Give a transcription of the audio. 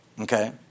Okay